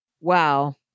Wow